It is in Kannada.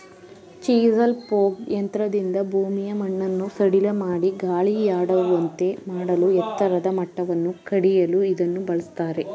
ಚಿಸಲ್ ಪೋಗ್ ಯಂತ್ರದಿಂದ ಭೂಮಿಯ ಮಣ್ಣನ್ನು ಸಡಿಲಮಾಡಿ ಗಾಳಿಯಾಡುವಂತೆ ಮಾಡಲೂ ಎತ್ತರದ ಮಟ್ಟವನ್ನು ಕಡಿಯಲು ಇದನ್ನು ಬಳ್ಸತ್ತರೆ